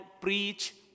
preach